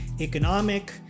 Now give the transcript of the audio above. economic